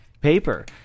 paper